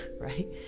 right